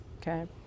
okay